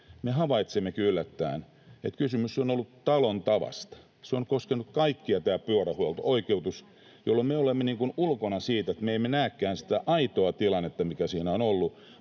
havaitsemmekin yllättäen, että kysymys on ollut talon tavasta. Tämä pyörähuolto-oikeutus on koskenut kaikkia, jolloin me olemme ulkona emmekä näekään sitä aitoa tilannetta, mikä siinä on ollut,